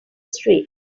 streets